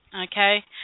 Okay